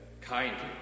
kindly